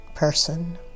person